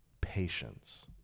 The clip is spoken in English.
patience